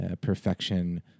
perfection